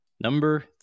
Number